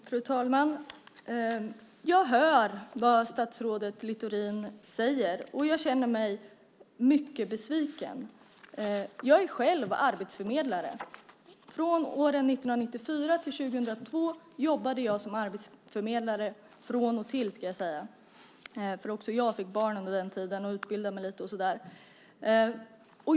Fru talman! Jag hör vad statsrådet Littorin säger, och jag känner mig mycket besviken. Jag är själv arbetsförmedlare. Åren 1994-2002 jobbade jag som arbetsförmedlare, från och till ska jag säga, för jag fick barn under den tiden och utbildade mig lite.